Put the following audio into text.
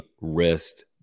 wrist